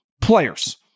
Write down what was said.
players